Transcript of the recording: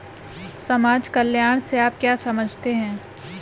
समाज कल्याण से आप क्या समझते हैं?